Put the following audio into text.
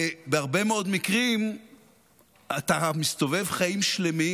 בהרבה מאוד מקרים אתה מסתובב חיים שלמים,